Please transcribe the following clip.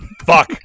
Fuck